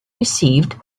received